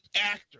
actor